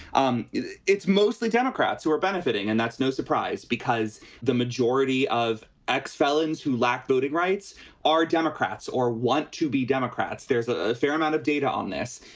um it's mostly democrats who are benefiting. and that's no surprise because the majority of ex-felons who lack voting rights are democrats or want to be democrats. there's a fair amount of data on this.